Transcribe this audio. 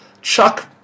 Chuck